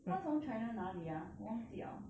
她从 china 哪里 ah 我忘记了